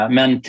Men